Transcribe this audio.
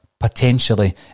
potentially